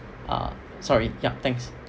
uh sorry yup thanks